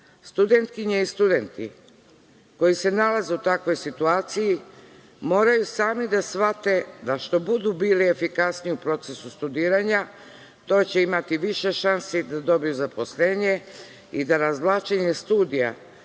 standarda. Studentkinje i studenti koji se nalaze u takvoj situaciji moraju sami da shvate da što budu bili efikasniji u procesu studiranja, to će imati više šansi da dobiju zaposlenje i da razvlačenje studija